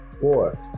Four